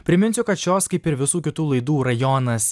priminsiu kad šios kaip ir visų kitų laidų rajonas